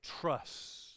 trust